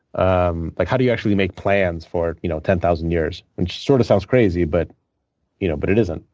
um like how do you actually make plans for you know ten thousand years, which sort of sounds crazy, but you know but it isn't.